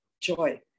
joy